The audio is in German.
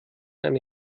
eine